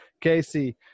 casey